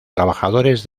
trabajadores